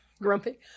Grumpy